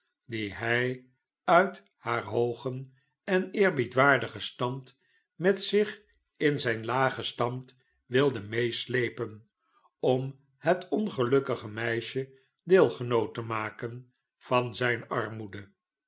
die hi uit haar hoogen en eerbiedwaardigen stand met zich in zijn lagen stand wilde meesleepen om het ongelukkige meisje deelgenoot te maken van zijn armoede